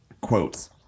quotes